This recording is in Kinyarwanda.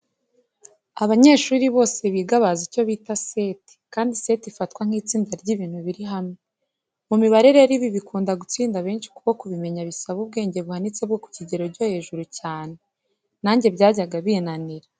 Abanyeshuri bose biga bazi icyo bita seti, kandi seti ifatwa nk'itsinda ry'ibintu biri hamwe, mu mibare rero ibi bikunda gutsinda benshi kuko kubimenya bisaba ubwenge buhanitse bwo ku kigero cyo hejuru cyane, nanjye byajyaga binanira.